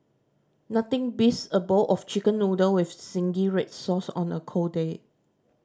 nothing beats a bowl of Chicken Noodle with zingy red sauce on a cold day